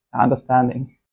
understanding